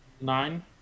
Nine